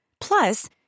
Plus